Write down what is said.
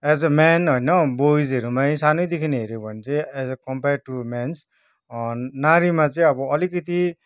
as a men होइन बोइजहरूमै सानैदेखि हेऱ्यो भने चाहिँ age a compare to men's नारीमा चाहिँ अब अलिकति